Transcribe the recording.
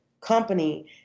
company